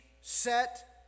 set